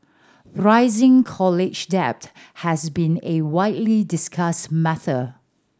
rising college debt has been a widely discussed matter